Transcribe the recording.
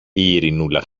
ειρηνούλα